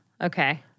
Okay